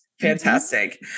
fantastic